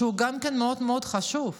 שגם הוא מאוד מאוד חשוב,